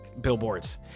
billboards